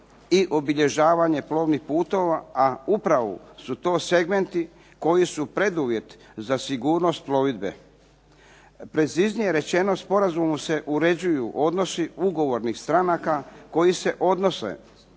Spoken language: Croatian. i obilježavanje plovnih putova, a upravo su to segmenti koji su preduvjet za sigurnost plovidbe. Preciznije rečeno u Sporazumu se uređuju odnosi ugovornih stranaka koji se odnose